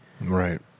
Right